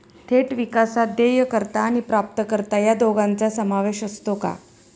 थेट विकासात देयकर्ता आणि प्राप्तकर्ता या दोघांचा समावेश असतो का?